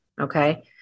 okay